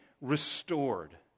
restored